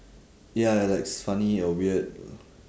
ya li~ like it's funny or weird